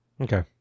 Okay